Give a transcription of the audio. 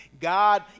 god